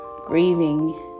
grieving